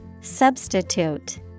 Substitute